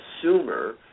consumer